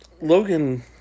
Logan